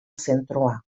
zentroa